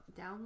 download